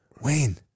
wayne